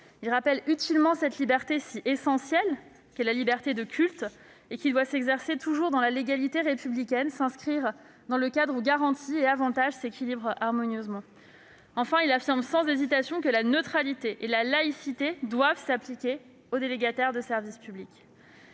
rappelle utilement la liberté si essentielle qu'est la liberté de culte, qui doit toujours s'exercer dans la légalité républicaine et s'inscrire dans un cadre, où garanties et avantages s'équilibrent harmonieusement. Enfin, ce texte affirme sans hésitation que la neutralité et la laïcité doivent s'appliquer aux délégataires de service public.